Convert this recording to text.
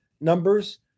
numbers